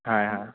হা হা